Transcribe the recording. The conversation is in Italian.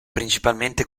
principalmente